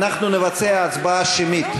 אנחנו נבצע הצבעה שמית.